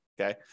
okay